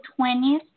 20th